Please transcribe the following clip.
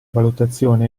valutazione